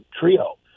trio